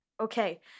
okay